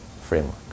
framework